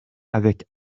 avec